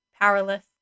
powerless